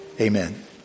Amen